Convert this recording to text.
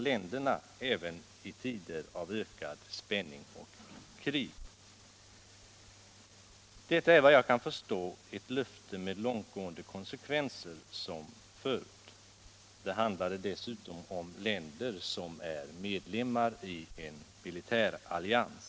länderna även i tider av ökad spänning och krig. Detta är, enligt vad jag kan förstå, ett löfte med långtgående konsekvenser. Det handlar därtill om länder som är medlemmar i en militärallians.